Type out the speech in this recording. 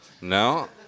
No